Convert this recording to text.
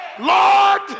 Lord